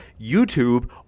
YouTube